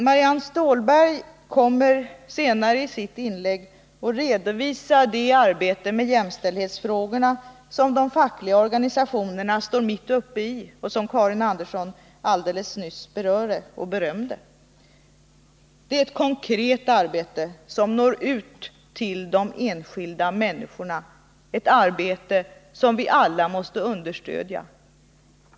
Marianne Stålberg kommer senare i sitt inlägg att redovisa det arbete med jämställdhetsfrågorna som de fackliga organisationerna står mitt uppe i och som Karin Andersson nyss berörde och berömde. Det är ett konkret arbete som når ut till de enskilda människorna, ett arbete som vi alla måste understödja.